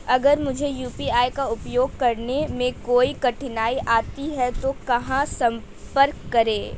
अगर मुझे यू.पी.आई का उपयोग करने में कोई कठिनाई आती है तो कहां संपर्क करें?